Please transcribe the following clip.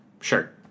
sure